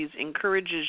encourages